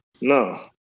No